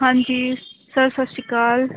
ਹਾਂਜੀ ਸਰ ਸਤਿ ਸ਼੍ਰੀ ਅਕਾਲ